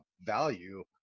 value